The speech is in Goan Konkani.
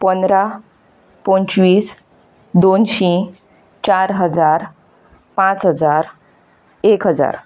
पंदरा पंचवीस दोनशी चार हजार पांच हजार एक हजार